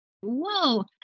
Whoa